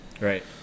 Right